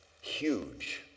Huge